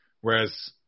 Whereas